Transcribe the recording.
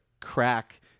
crack